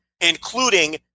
including